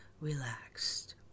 relaxed